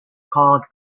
called